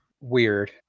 weird